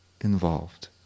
involved